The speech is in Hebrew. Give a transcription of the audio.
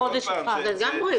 זה בריאות.